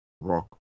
rock